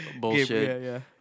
bullshit